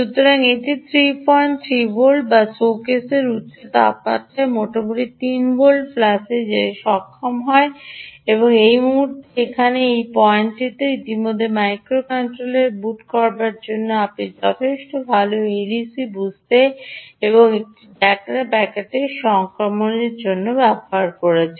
সুতরাং এটি প্রায় 33 ভোল্ট বা বেশ উচ্চ মাত্রায় চলে যাচ্ছে এটি মোটামুটি 3 ভোল্ট প্লাসে যেতে সক্ষম হয় এবং এই সময়ের জন্য এটি 17 18 মিলি সেকেন্ডের জন্য থেকে যায় এবং এর পরে এটি এখানে এই মুহুর্ত থেকে এখানে এই পয়েন্টটিতে ইতিমধ্যে মাইক্রোকন্ট্রোলার বুট করার জন্য আপনার পক্ষে যথেষ্ট ভাল এডিসি বুঝতে এবং একটি ডেটা প্যাকেটের সংক্রমণ করার জন্য